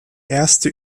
erste